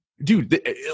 Dude